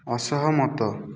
ଅସହମତ